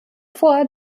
vor